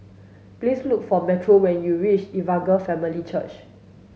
please look for Metro when you reach Evangel Family Church